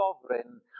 sovereign